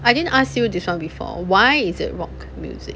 I didn't ask you this one before why is it rock music